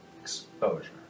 exposure